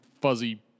fuzzy